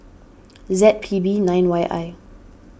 Z P B nine Y I